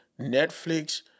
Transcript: Netflix